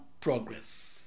progress